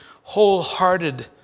wholehearted